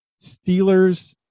Steelers